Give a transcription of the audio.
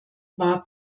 war